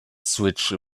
switch